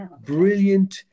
brilliant